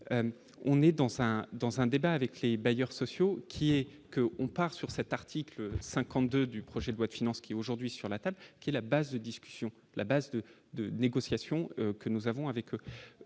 un dans un débat avec les bailleurs sociaux, qui est que on part sur cet article 52 du projet de loi de finances, qui aujourd'hui sur la table, qui est la base de discussion, la base de de négociation que nous avons avec le